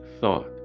thought